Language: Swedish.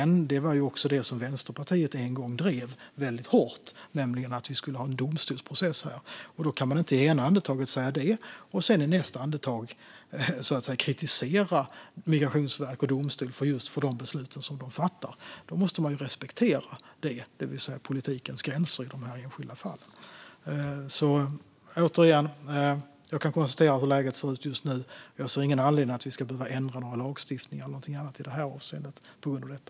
Något som också Vänsterpartiet en gång drev väldigt hårt var nämligen att vi skulle ha en domstolsprocess här. Då kan man inte i ena andetaget säga detta och i nästa andetag kritisera Migrationsverket och domstolarna för de beslut som de fattar, utan då måste man respektera politikens gränser i de enskilda fallen. Återigen: Jag kan konstatera hur läget ser ut just nu. Jag ser ingen anledning till att vi ska ändra några lagstiftningar i det här avseendet på grund av detta.